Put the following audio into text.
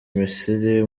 misiri